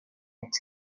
its